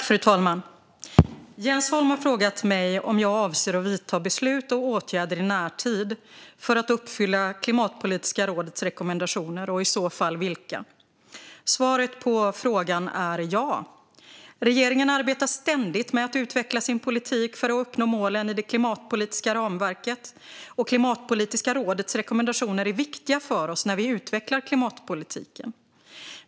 Fru talman! har frågat mig om jag avser att vidta beslut och åtgärder i närtid för att uppfylla Klimatpolitiska rådets rekommendationer och i så fall vilka. Svaret på frågan är ja. Regeringen arbetar ständigt med att utveckla sin politik för att uppnå målen i det klimatpolitiska ramverket, och Klimatpolitiska rådets rekommendationer är viktiga för oss när vi utvecklar klimatpolitiken.